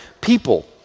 people